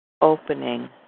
Opening